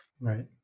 Right